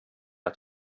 att